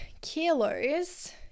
kilos